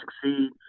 succeed